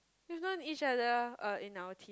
we've known each other uh in our teen